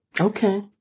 Okay